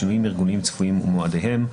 שינויים ארגוניים צפויים ומועדיהם,